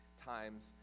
times